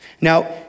Now